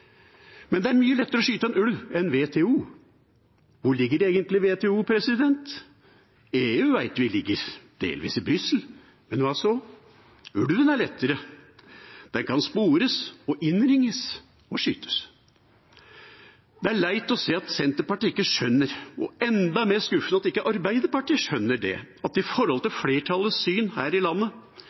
Men det er mye lettere å skyte en ulv enn WTO. Hvor ligger egentlig WTO? EU vet vi ligger delvis i Brussel, men hva så? Ulven er lettere. Den kan spores og innringes – og skytes. Det er leit å se at Senterpartiet ikke skjønner, og enda mer skuffende at ikke Arbeiderpartiet skjønner, at når det gjelder flertallets syn her i landet